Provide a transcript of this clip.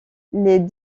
les